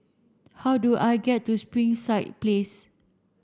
how do I get to Springside Place